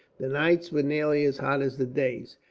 the nights were nearly as hot as the days.